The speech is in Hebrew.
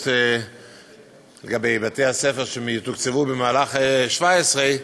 ההתחייבות לגבי בתי-הספר שיתוקצבו במהלך 17',